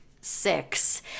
six